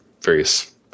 various